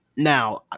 Now